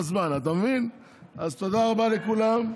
אתה מבין מה אני מתכוון?